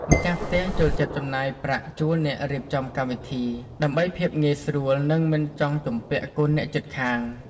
ម្ចាស់ផ្ទះចូលចិត្តចំណាយប្រាក់ជួលអ្នករៀបចំកម្មវិធី ដើម្បីភាពងាយស្រួលនិងមិនចង់ជំពាក់គុណអ្នកជិតខាង។